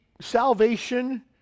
salvation